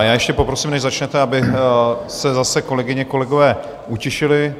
Ještě poprosím, než začnete, aby se zase kolegyně, kolegové utišili.